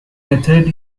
method